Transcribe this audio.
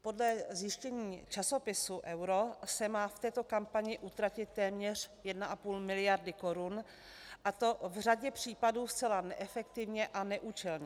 Podle zjištění časopisu Euro se má v této kampani utratit téměř 1,5 miliardy korun, a to v řadě případů zcela neefektivně a neúčelně.